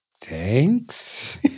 Thanks